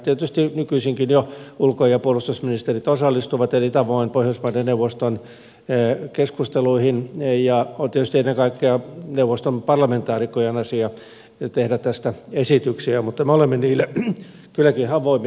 tietysti nykyisinkin jo ulko ja puolustusministerit osallistuvat eri tavoin pohjoismaiden neuvoston keskusteluihin ja on tietysti ennen kaikkea neuvoston parlamentaarikkojen asia tehdä tästä esityksiä mutta me olemme niille kylläkin avoimia